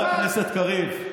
חבר הכנסת קריב,